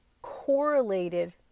correlated